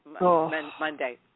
Monday